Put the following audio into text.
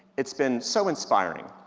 it's been so inspiring,